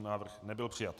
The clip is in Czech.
Návrh nebyl přijat.